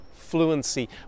fluency